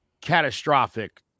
catastrophic